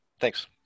Thanks